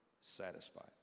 satisfied